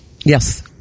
Yes